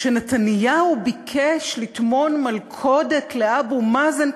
שנתניהו ביקש לטמון מלכודת לאבו מאזן,